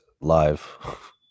live